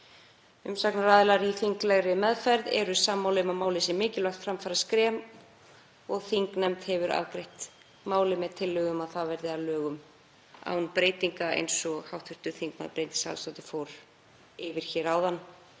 Umsagnaraðilar í þinglegri meðferð eru sammála um að málið sé mikilvægt framfaraskref og þingnefnd hefur afgreitt málið með tillögu um að það verði að lögum án breytinga, eins og hv. þm. Bryndís Haraldsdóttir fór yfir áðan.